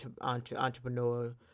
entrepreneur